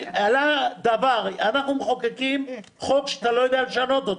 אנחנו מחוקקים חוק שאתה לא יודע לשנות.